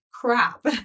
crap